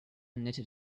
knitted